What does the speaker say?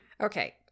Okay